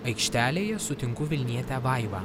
aikštelėje sutinku vilnietę vaivą